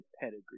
pedigree